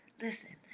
Listen